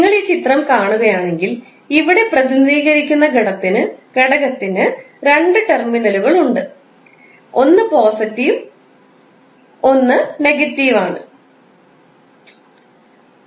നിങ്ങൾ ഈ ചിത്രം കാണുകയാണെങ്കിൽ ഇവിടെ പ്രതിനിധീകരിക്കുന്ന ഘടകത്തിന് രണ്ട് ടെർമിനലുകളുണ്ട് ഒന്ന് പോസിറ്റീവ്ഒന്ന്പോസിറ്റീവ് ആണ് മറ്റൊന്ന് നെഗറ്റീവ് ആണ്